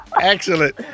Excellent